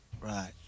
Right